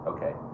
Okay